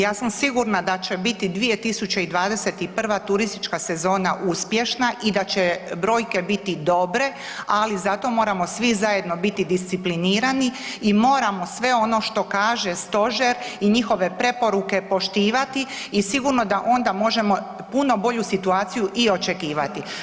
Ja sam sigurna da će biti 2021. turistička sezona uspješna i da će brojke biti dobre, ali zato moramo svi zajedno biti disciplinirani i moramo sve ono što kaže stožer i njihove preporuke poštivati i sigurno da onda možemo puno bolju situaciju i očekivati.